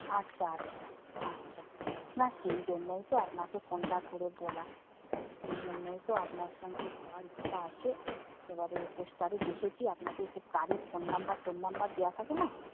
আচ্ছা আচ্ছা আচ্ছা না সেই জন্যই তো আপনাকে ফোনটা করে বলা সেই জন্যই তো আপনার সঙ্গে যাওয়ার ইচ্ছা আছে এবারে পোস্টারে দেখেছি আপনাদের যে গাড়ির ফোন নাম্বার টোন নাম্বার দেওয়া থাকে না